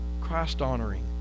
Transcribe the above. Christ-honoring